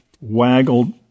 waggled